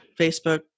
Facebook